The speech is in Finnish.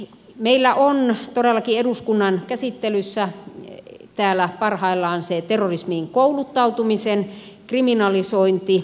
meillä on todellakin eduskunnan käsittelyssä täällä parhaillaan se terrorismiin kouluttautumisen kriminalisointi